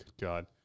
God